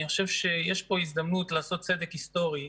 אני חושב שיש פה הזדמנות לעשות צדק היסטורי,